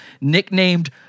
nicknamed